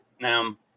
Now